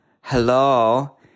hello